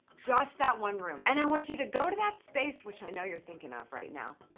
just that one room. and i want you to go to that space, which i know you're thinking of right now,